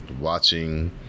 watching